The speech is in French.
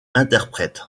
interprète